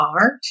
art